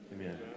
Amen